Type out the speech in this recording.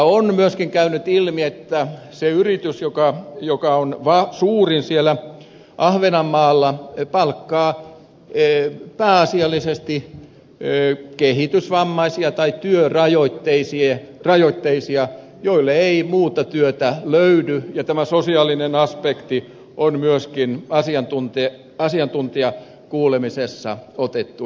on myöskin käynyt ilmi että se yritys joka on suurin siellä ahvenanmaalla palkkaa pääasiallisesti kehitysvammaisia tai työrajoitteisia joille ei muuta työtä löydy ja tämä sosiaalinen aspekti on myöskin asiantuntijakuulemisessa otettu esille